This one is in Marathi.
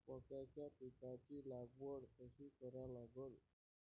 मक्याच्या पिकाची लागवड कशी करा लागन?